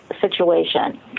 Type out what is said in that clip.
situation